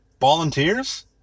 Volunteers